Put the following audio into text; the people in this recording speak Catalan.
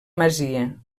masia